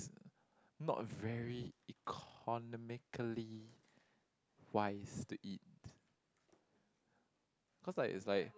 not a very economically wise to eats cause like is like